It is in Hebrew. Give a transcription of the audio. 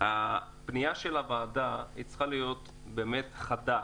הפנייה של הוועדה צריכה חדה.